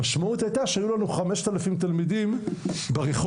המשמעות הייתה שהיו לנו 5,000 תלמידים ברחוב,